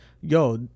yo